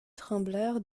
tremblèrent